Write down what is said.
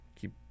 keep